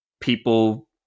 people